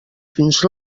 fins